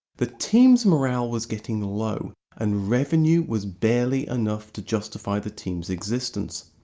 the team's morale was getting low and revenue was barely enough to justify the team's existence.